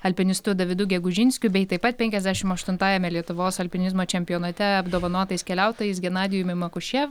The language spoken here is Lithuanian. alpinistu davidu gegužinskiu bei taip pat penkiasdešim aštuntajame lietuvos alpinizmo čempionate apdovanotais keliautojais genadijumi makušev